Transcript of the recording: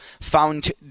found